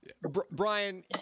brian